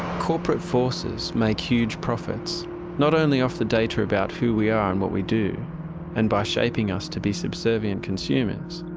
corporate forces make huge profits not only off the data about who we are and what we do and by shaping us to be subservient consumers,